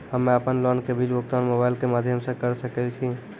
हम्मे अपन लोन के बिल भुगतान मोबाइल के माध्यम से करऽ सके छी?